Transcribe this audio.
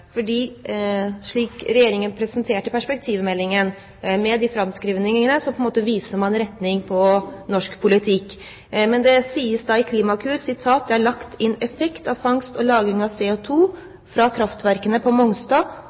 Regjeringen presenterte i Perspektivmeldingen, viser man på en måte retning for norsk politikk. Men det sies i Klimakur: «Det er lagt inn effekt av fangst og lagring av CO2 fra kraftvarmeverket på Mongstad